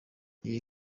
ibi